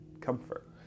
comfort